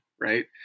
Right